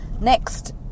Next